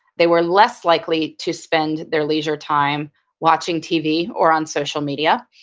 they were less likely to spend their leisure time watching tv or on social media.